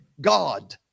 God